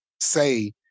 say